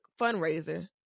fundraiser